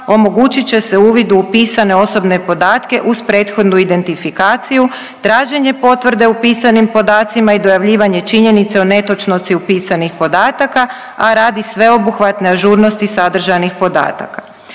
omogućit će se uvid u pisane osobne podatke uz prethodnu identifikaciju, traženje potvrde o upisanim podacima i dojavljivanje činjenice o netočnosti upisanih podataka, a radi sveobuhvatne ažurnosti sadržajnih podataka.